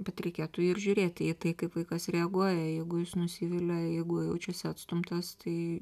bet reikėtų ir žiūrėti į tai kaip vaikas reaguoja jeigu jis nusivilia jeigu jaučiasi atstumtas tai